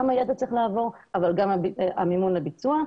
גם הידע צריך לעבור אבל גם המימון לביצוע.